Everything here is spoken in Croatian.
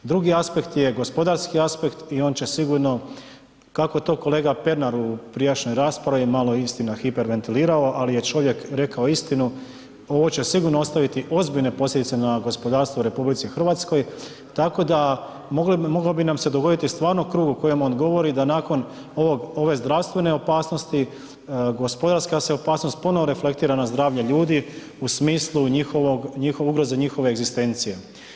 Drugi aspekt je gospodarski aspekt i on će sigurno kako to kolega Pernar u prijašnjoj raspravi, malo istina hiperventilirao, ali je čovjek rekao istinu, ovo će sigurno ostaviti ozbiljne posljedice na gospodarstvo u RH, tako da moglo bi nam se dogoditi stvarno o krugu o kojem on govori, da nakon ove zdravstvene opasnosti, gospodarska se opasnost pono0vno reflektira na zdravlje ljudi u smislu njihove ugroze i njihove egzistencije.